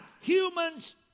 humans